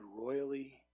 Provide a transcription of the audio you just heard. royally